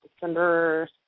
December